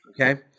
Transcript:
Okay